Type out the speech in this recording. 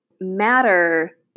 Matter